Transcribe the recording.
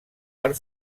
per